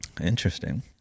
Interesting